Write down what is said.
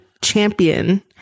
champion